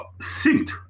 suit